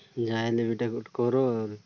ଯାହାହେଲେ ବି ଏଇଟା ଗୋଟେ କର ଆଉ